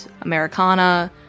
americana